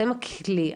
אתם כלי,